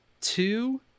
two